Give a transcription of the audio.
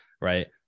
right